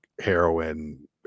heroin